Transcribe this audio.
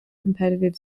competitive